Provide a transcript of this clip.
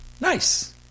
Nice